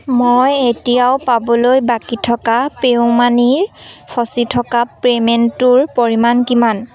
মই এতিয়াও পাবলৈ বাকী থকা পে'ইউ মানিৰ ফচি থকা পে'মেণ্টটোৰ পৰিমাণ কিমান